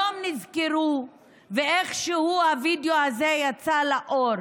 היום נזכרו ואיכשהו הווידיאו הזה יצא לאור.